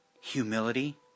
humility